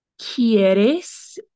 Quieres